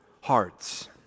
hearts